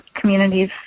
communities